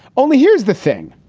only here's the thing.